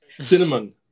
Cinnamon